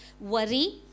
worry